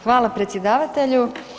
Hvala predsjedavatelju.